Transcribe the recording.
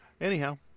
anyhow